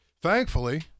Thankfully